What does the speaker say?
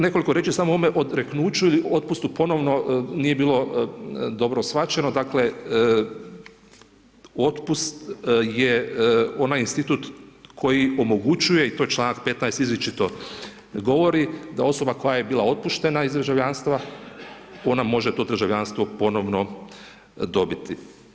Nekoliko riječi samo o ovome odreknuću ili otpustu, ponovno nije bilo dobro shvaćeno, dakle, otpust je onaj institut koji omogućuje i to čl. 15. izričito govori, da osoba koje je bila otpuštena iz državljanstva, ona može to državljanstvo ponovno dobiti.